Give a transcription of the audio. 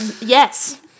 Yes